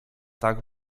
tak